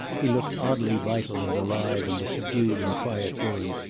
he looked oddly vital and alive in the subdued and quiet room.